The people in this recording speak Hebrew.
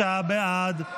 59 בעד,